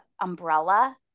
umbrella